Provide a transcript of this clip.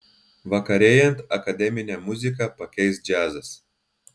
vakarėjant akademinę muziką pakeis džiazas